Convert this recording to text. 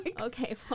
Okay